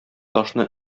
ташны